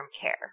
care